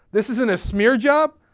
this isn't a smear job?